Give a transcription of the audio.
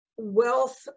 wealth